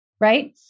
right